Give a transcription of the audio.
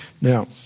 Now